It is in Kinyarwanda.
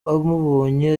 amubonye